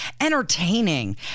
entertaining